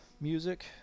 music